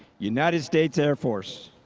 united states air force.